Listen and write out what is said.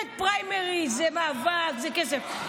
פריימריז זה מאבק, זה כסף.